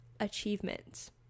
achievements